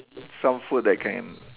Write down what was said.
some food that can